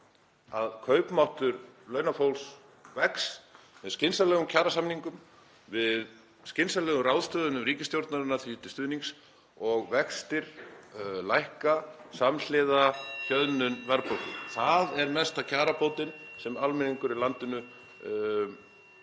að kaupmáttur launafólks vex með skynsamlegum kjarasamningum, með skynsamlegum ráðstöfunum ríkisstjórnarinnar því til stuðnings og vextir lækka samhliða hjöðnun verðbólgu. (Forseti hringir.) Það er mesta kjarabótin sem almennings í landinu